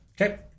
Okay